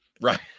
Right